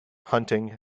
hunting